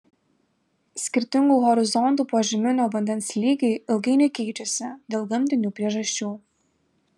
skirtingų horizontų požeminio vandens lygiai ilgainiui keičiasi dėl gamtinių priežasčių